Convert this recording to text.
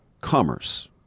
commerce